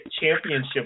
championship